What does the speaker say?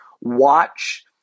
watch